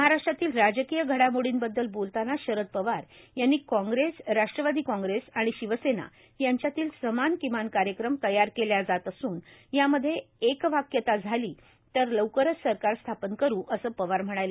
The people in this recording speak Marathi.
महाराट्रातील राजकीय घडामोडींबद्दल बोलताना रद पवार यांनी काँप्रेस राट्रवादी काँप्रेस आणि शिवसेना यांच्यातील समान किमान कार्यक्रम तयार केल्या जात असून यामध्ये एकवाक्यता झाली तर लवकरच सरकार स्थापन करू असं पवार म्हणाले